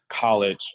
college